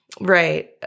Right